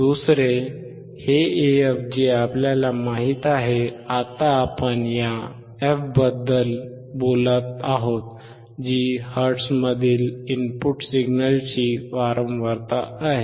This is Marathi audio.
दुसरे हे AF जे आपल्याला माहित आहे आता आपण या f बद्दल बोलत आहोत जी हर्ट्झमधील इनपुट सिग्नलची वारंवारता आहे